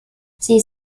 sie